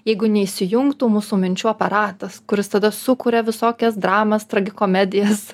jeigu neįsijungtų mūsų minčių aparatas kuris tada sukuria visokias dramas tragikomedijas